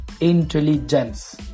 intelligence